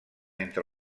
entre